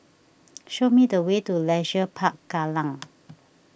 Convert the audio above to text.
show me the way to Leisure Park Kallang